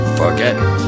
forget